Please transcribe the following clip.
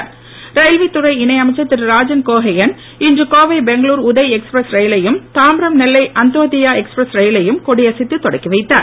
கோகைய்ன் ரயில்வேதுறை இணை அமைச்சர் திரு ராஜன் இன்று கோவை பெங்களுர் உதய் எக்ஸ்பிரஸ் ரயிலையும் தாம்பரம் நெல்லை அந்த்யோ தயா எக்ஸ்பிரஸ் ரயிலையும் கொடியசைத்து தொடக்கி வைத்தார்